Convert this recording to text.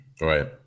Right